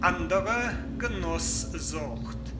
andere genußsucht